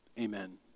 Amen